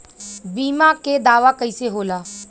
बीमा के दावा कईसे होला?